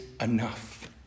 enough